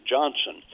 Johnson